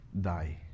die